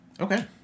Okay